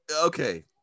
okay